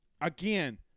Again